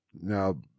Now